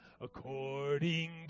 according